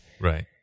Right